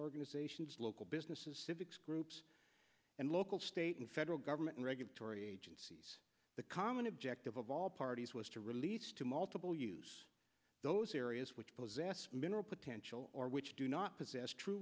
organizations local businesses civics groups and local state and federal government regulatory agencies the common objective of all parties was to release to multiple use those areas which possess mineral potential or which do not possess true